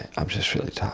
i'm just really